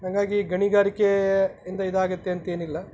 ಹಾಗಾಗಿ ಗಣಿಗಾರಿಕೆ ಇಂದ ಇದಾಗುತ್ತೆ ಅಂತೇನಿಲ್ಲ